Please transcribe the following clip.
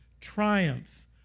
triumph